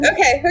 Okay